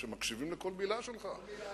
שמקשיבים לכל מלה שלך,